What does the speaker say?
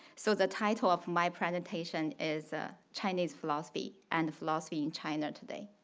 so the title of my presentation is ah chinese philosophy and philosophy in china today.